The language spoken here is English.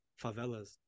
favelas